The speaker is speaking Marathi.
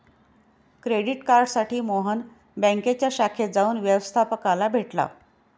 क्रेडिट कार्डसाठी मोहन बँकेच्या शाखेत जाऊन व्यवस्थपकाला भेटला